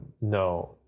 no